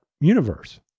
universe